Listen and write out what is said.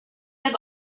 i’ve